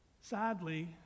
Sadly